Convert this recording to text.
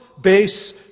base